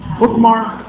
bookmark